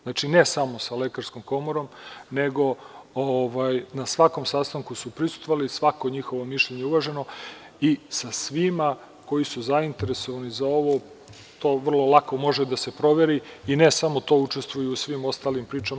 Znači, ne samo sa Lekarskom komorom, nego na svakom sastanku su prisustvovali, svako njihovo mišljenje je uvaženo i sa svima koji su zainteresovani za ovo, to vrlo lako može da se proveri, i ne samo to, učestvuju u svim ostalim pričama.